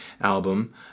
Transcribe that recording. album